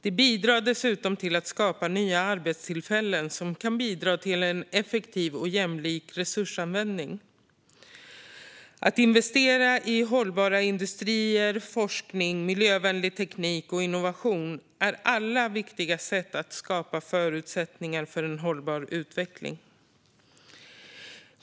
Den bidrar dessutom till att skapa nya arbetstillfällen, som kan bidra till en effektiv och jämlik resursanvändning. Att investera i hållbara industrier, forskning, miljövänlig teknik och innovation är viktiga sätt att skapa förutsättningar för en hållbar utveckling.